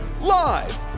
Live